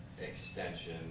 extension